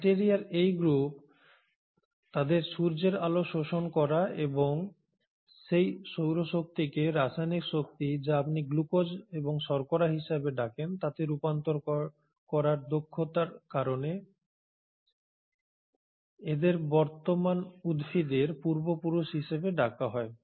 ব্যাকটিরিয়ার এই গ্রুপ তাদের সূর্যের আলো শোষণ করা এবং সেই সৌরশক্তিকে রাসায়নিক শক্তি যা আপনি গ্লুকোজ এবং শর্করা হিসাবে ডাকেন তাতে রূপান্তর করার দক্ষতার কারণে এদের বর্তমান উদ্ভিদের পূর্বপুরুষ হিসাবে ভাবা হয়